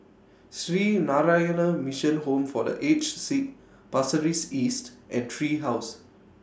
Sree Narayana Mission Home For The Aged Sick Pasir Ris East and Tree House